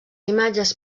imatges